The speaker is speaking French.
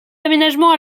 aménagements